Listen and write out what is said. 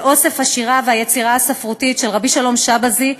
של אוסף השירה והיצירה הספרותית של רבי שלום שבזי,